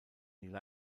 neal